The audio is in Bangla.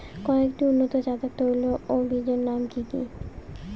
কয়েকটি উন্নত জাতের তৈল ও বীজের নাম কি কি?